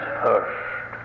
first